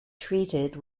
treated